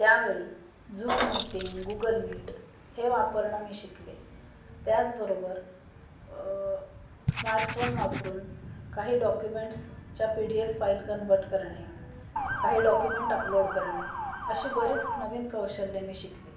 त्यावेळी Zoom meeting Google Meet हे वापरणं मी शिकले त्याचबरोबर स्मार्टफोन वापरून काही डॉक्युमेंट्सच्या P D F file convert करणे काही डॉक्युमेंट अपलोड करणे अशी बरीच नवीन कौशल्य मी शिकले